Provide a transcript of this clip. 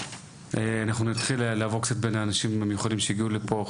אנחנו נתחיל לעבור קצת בין האנשים המיוחדים שהגיעו לפה.